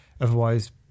otherwise